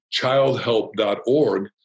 childhelp.org